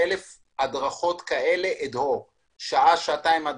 110,000 הדרכות כאלה של שעה שעתיים.